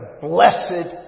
blessed